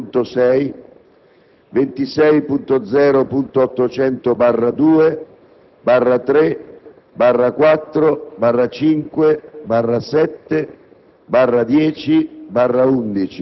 14.0.6, 19.0.1, 21.6, 26.0.800/2,